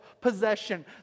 possession